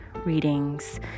readings